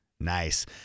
nice